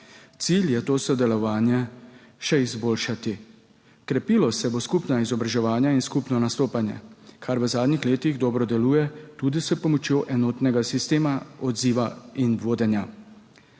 Cilj je to sodelovanje še izboljšati. Krepilo se bo skupna izobraževanja in skupno nastopanje, kar v zadnjih letih dobro deluje, tudi s pomočjo enotnega sistema odziva in vodenja.